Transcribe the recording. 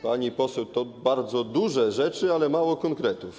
Pani poseł, to bardzo duże rzeczy, ale mało konkretów.